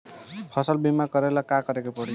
फसल बिमा करेला का करेके पारी?